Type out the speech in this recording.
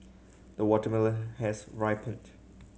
the watermelon has ripened